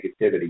negativity